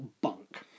bunk